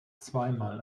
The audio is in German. zweimal